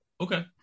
Okay